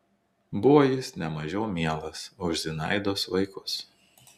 buvo jis ne mažiau mielas už zinaidos vaikus